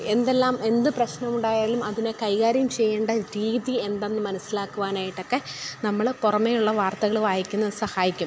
എന്തെല്ലാം എന്ത് പ്രശ്നമുണ്ടായാലും അതിനെ കൈകാര്യം ചെയ്യേണ്ട രീതി എന്തെന്ന് മനസ്സിലാക്കുവാനായിട്ടൊക്കെ നമ്മൾ പുറമേയുള്ള വാർത്തകൾ വായിക്കുന്നത് സഹായിക്കും